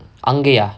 hungry ah